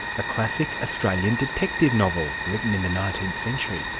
a classic australian detective novel written in the nineteenth century.